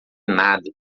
nada